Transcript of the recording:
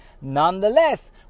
nonetheless